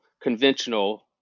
conventional